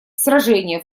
сражения